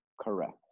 correct